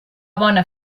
bona